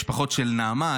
המשפחות של נעמה,